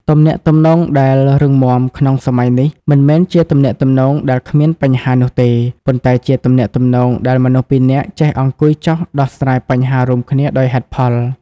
ទំនាក់ទំនងដែលរឹងមាំក្នុងសម័យនេះ មិនមែនជាទំនាក់ទំនងដែលគ្មានបញ្ហានោះទេ ប៉ុន្តែជាទំនាក់ទំនងដែលមនុស្សពីរនាក់ចេះអង្គុយចុះដោះស្រាយបញ្ហារួមគ្នាដោយហេតុផល។